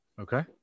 Okay